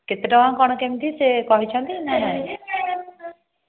କେତେ ଟଙ୍କା କ'ଣ କେମିତି ସେ କହିଛନ୍ତି ନା ନାଇଁ